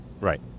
right